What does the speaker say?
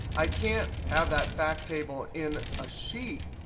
i can't have that fact table in a sheet.